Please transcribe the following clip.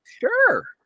Sure